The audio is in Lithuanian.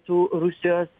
tų rusijos